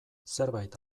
zerbait